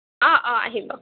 অঁ অঁ আহিব